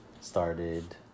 started